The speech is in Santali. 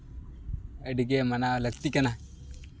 ᱟᱹᱰᱤᱜᱮ ᱢᱟᱱᱟᱣ ᱞᱟᱹᱠᱛᱤ ᱠᱟᱱᱟ